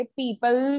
people